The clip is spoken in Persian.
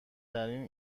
ترین